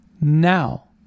Now